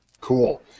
Cool